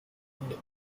and